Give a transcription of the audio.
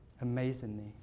Amazingly